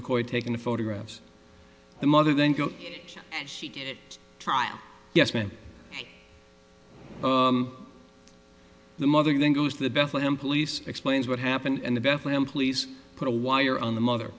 mccoy taken the photographs the mother then it trial yes meant the mother then goes to the bethlehem police explains what happened and the bethlehem please put a wire on the mother